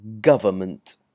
Government